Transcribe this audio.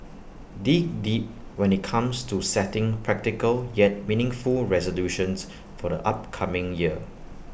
dig deep when IT comes to setting practical yet meaningful resolutions for the upcoming year